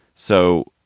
so,